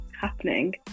happening